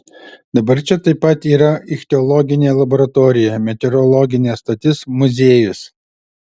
dabar čia taip pat yra ichtiologinė laboratorija meteorologinė stotis muziejus